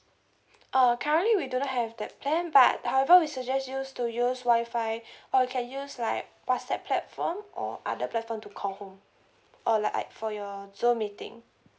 oh currently we do not have that plan but however we suggest you to use wi-fi or you can just like whatsapp platform or other platform to call home or like for your zoom meeting